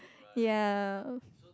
ya